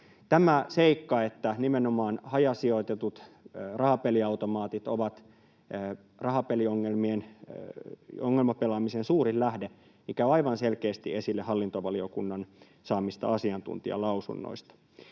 Tämä seikka, että nimenomaan hajasijoitetut rahapeliautomaatit ovat rahapeliongelmien, ongelmapelaamisen, suurin lähde, käy aivan selkeästi esille hallintovaliokunnan saamista asiantuntijalausunnoista.